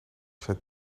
zijn